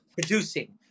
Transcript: producing